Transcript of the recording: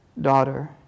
Daughter